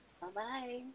Bye-bye